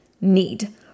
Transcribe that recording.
need